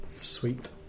Sweet